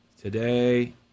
today